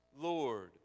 Lord